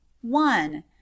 One